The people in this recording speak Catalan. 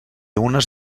unes